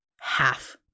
half